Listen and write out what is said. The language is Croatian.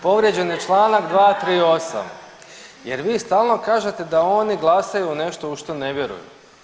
Povrijeđen je članak 238. jer vi stalno kažete da oni glasuju u nešto u što ne vjeruju.